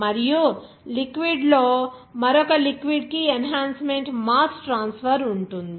మరియు లిక్విడ్ లో మరొక లిక్విడ్ కి ఎంహన్సమెంట్ మాస్ ట్రాన్స్ఫర్ ఉంటుంది